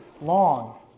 long